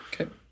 Okay